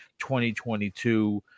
2022